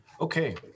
Okay